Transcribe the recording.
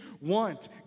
want